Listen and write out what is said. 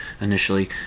initially